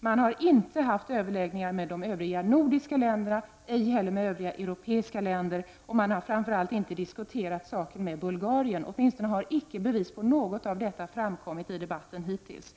man har inte haft överläggning med de övriga nordiska länderna, ej heller med övriga europeiska länder, och man har framför allt inte diskuterat saken med Bulgarien. Åtminstone har icke bevis för att man gjort något av detta framkommit i debatten hittills.